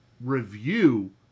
review